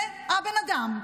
זה הבן אדם.